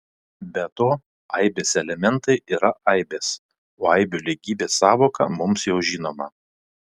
be to aibės elementai yra aibės o aibių lygybės sąvoka mums jau žinoma